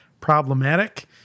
problematic